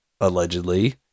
allegedly